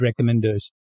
recommenders